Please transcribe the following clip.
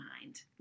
mind